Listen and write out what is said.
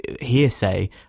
hearsay